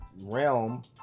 realm